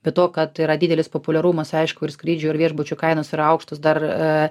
be to kad yra didelis populiarumas aišku ir skrydžių ir viešbučių kainos yra aukštos dar